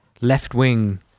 left-wing